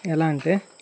ఎలా అంటే